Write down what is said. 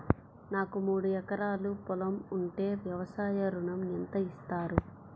నాకు మూడు ఎకరాలు పొలం ఉంటే వ్యవసాయ ఋణం ఎంత ఇస్తారు?